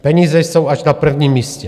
Peníze jsou až na prvním místě.